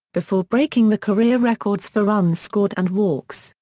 before breaking the career records for runs scored and walks,